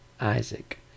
Isaac